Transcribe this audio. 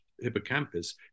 hippocampus